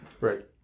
Right